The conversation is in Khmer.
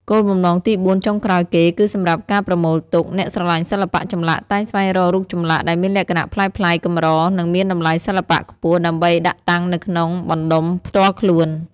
គោលបំណងទីបួនចុងក្រោយគេ គឺសម្រាប់ ការប្រមូលទុក អ្នកស្រឡាញ់សិល្បៈចម្លាក់តែងស្វែងរករូបចម្លាក់ដែលមានលក្ខណៈប្លែកៗ កម្រ និងមានតម្លៃសិល្បៈខ្ពស់ ដើម្បីដាក់តាំងនៅក្នុងបណ្ដុំផ្ទាល់ខ្លួន។